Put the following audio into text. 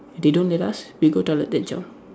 if they don't let us we go toilet then zao